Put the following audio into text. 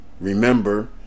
Remember